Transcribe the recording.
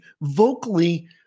vocally